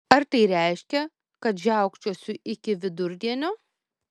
ar tai reiškia kad žiaukčiosiu iki vidurdienio